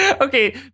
okay